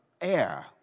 air